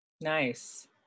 Nice